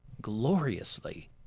gloriously